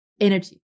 energy